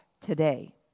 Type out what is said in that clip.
today